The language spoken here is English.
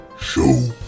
Show